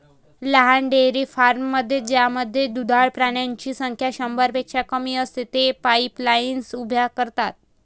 लहान डेअरी फार्ममध्ये ज्यामध्ये दुधाळ प्राण्यांची संख्या शंभरपेक्षा कमी असते, तेथे पाईपलाईन्स उभ्या करतात